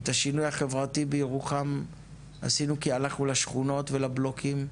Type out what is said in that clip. את השינוי החברתי בירוחם עשינו כי הלכנו לשכונות ולבלוקים,